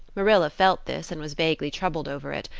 marilla felt this and was vaguely troubled over it,